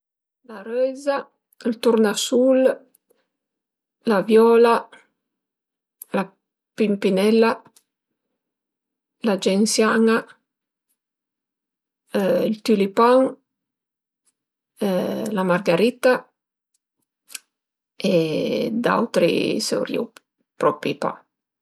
La röiza, ël turnasul, la viola, la pimpinella, la gensian-a, ël tülipan la margaritta e d'autri saurìu propi pa